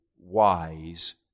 wise